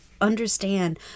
understand